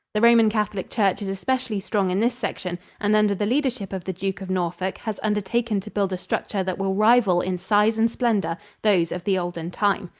the roman catholic church is especially strong in this section, and under the leadership of the duke of norfolk has undertaken to build a structure that will rival in size and splendor those of the olden time.